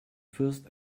first